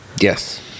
Yes